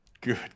good